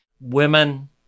Women